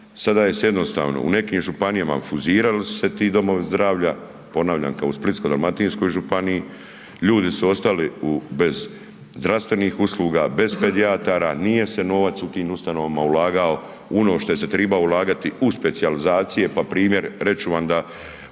Sada je jednostavno u nekim županijama fuzirali su se ti domovi zdravlja, ponavljam kao u Splitsko-dalmatinskoj županiji, ljudi su ostali bez zdravstvenih usluga, bez pedijatara, nije se novac u tim ustanovama ulagao u ono u što je se tribao ulagati u specijalizacije pa primjer reći ću vam da